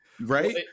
Right